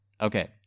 Okay